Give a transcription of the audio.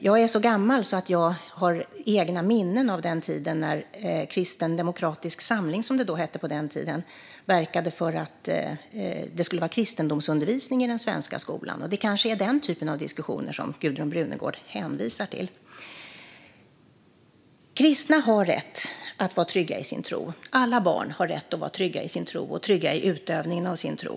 Jag är så gammal att jag har egna minnen av tiden när Kristen demokratisk samling, som det hette på den tiden, verkade för att det skulle vara kristendomsundervisning i den svenska skolan. Det kanske är den typen av diskussion som Gudrun Brunegård hänvisar till. Kristna har rätt att vara trygga i sin tro. Alla barn har rätt att vara trygga i sin tro och i utövningen av sin tro.